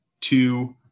two